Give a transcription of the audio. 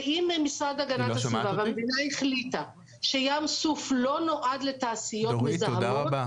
שאם המשרד להגנת הסביבה והמדינה החליטו שים סוף לא נועד לתעשיות מזהמות,